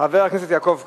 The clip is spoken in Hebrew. חבר הכנסת יעקב כץ,